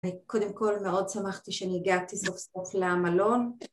קודם כל מאוד שמחתי שאני הגעתי סוף סוף למלון